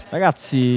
Ragazzi